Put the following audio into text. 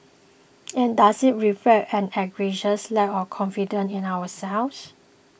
and does it reflect an egregious lack of confidence in ourselves